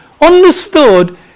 understood